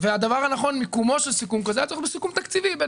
מיקומו הנכון של סיכום כזה היה צריך להיות בסיכום תקציבי בין